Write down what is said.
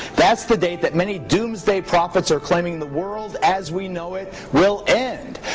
that's the date that many doomsday prophets are claiming the world as we know it will end.